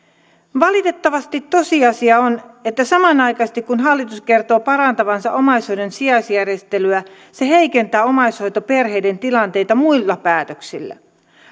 valitettavasti tosiasia on että samanaikaisesti kun hallitus kertoo parantavansa omais hoidon sijaisjärjestelyä se heikentää omaishoitoperheiden tilanteita muilla päätöksillä